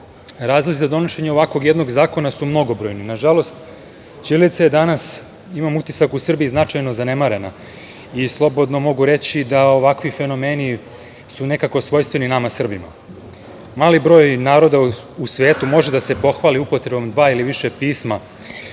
Razlozi za donošenje ovakvog jednog zakona su mnogobrojni. Nažalost, ćirilica je danas, imam utisak, u Srbiji značajno zanemarena i slobodno mogu reći da ovakvi fenomeni su nekako svojstveni nama Srbima. Mali broj naroda u svetu može da se pohvali upotrebom dva ili više pisama